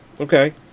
Okay